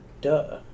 Duh